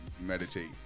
Meditate